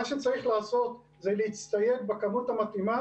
מה שצריך לעשות זה להצטייד בכמות המתאימה